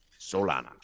Solana